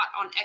on